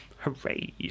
Hooray